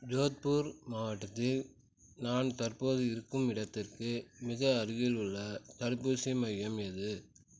ஜோத்பூர் மாவட்டத்தில் நான் தற்போது இருக்கும் இடத்துக்கு மிக அருகிலுள்ள தடுப்பூசி மையம் எது